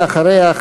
ואחריה,